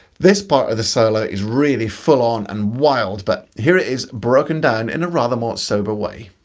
this part of the solo is really full-on and wild but here it is broken down in a rather more sober way.